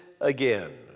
again